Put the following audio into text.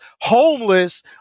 homeless